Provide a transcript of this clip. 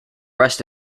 rest